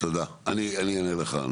תודה, אני אענה לך.